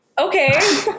Okay